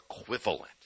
equivalent